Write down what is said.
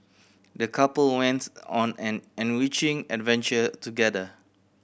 the couple wents on an enriching adventure together